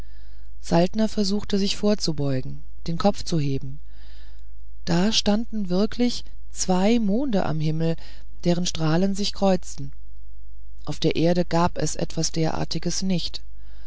saltner versuchte sich vorzubeugen den kopf zu heben da standen wirklich zwei monde am himmel deren strahlen sich kreuzten auf der erde gab es etwas derartiges nicht